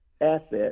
asset